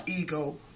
ego